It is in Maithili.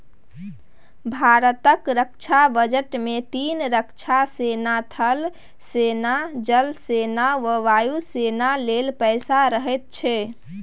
भारतक रक्षा बजट मे तीनों रक्षा सेना थल सेना, जल सेना आ वायु सेना लेल पैसा रहैत छै